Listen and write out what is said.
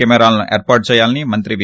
కేమారాలను ఏర్పాటు చేయాలనీ మంత్రి వి